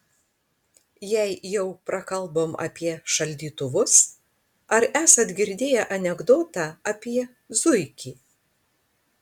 jei jau prakalbom apie šaldytuvus ar esat girdėję anekdotą apie zuikį